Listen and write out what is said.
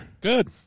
Good